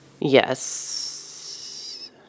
Yes